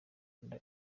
rwanda